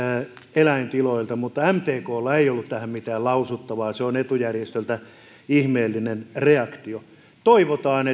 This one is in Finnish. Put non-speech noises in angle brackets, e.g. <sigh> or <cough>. eläintiloilla mutta mtklla ei ollut tähän mitään lausuttavaa se on etujärjestöltä ihmeellinen reaktio toivotaan <unintelligible>